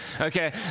Okay